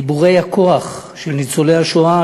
גיבורי הכוח של ניצולי השואה,